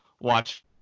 watch